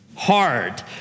Hard